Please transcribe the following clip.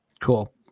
Cool